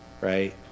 right